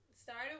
started